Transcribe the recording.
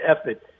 effort